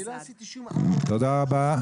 אני לא עשיתי --- תודה רבה.